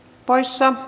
poissa